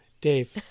Dave